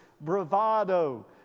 bravado